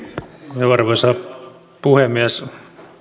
arvoisa puhemies